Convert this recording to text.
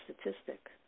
statistic